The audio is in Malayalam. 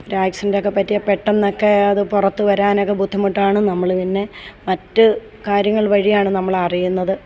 ഒരാക്സിഡന്റൊക്കെ പറ്റിയാൽ പെട്ടെന്നൊക്കെ അതു പുറത്ത് വരാനൊരു ബുദ്ധിമുട്ടാണ് നമ്മൾ പിന്നെ മറ്റു കാര്യങ്ങൾ വഴിയാണ് നമ്മൾ അറിയുന്നത്